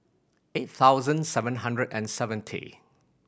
eight thousand seven hundred and seventy